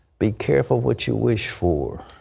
be careful what you wish for.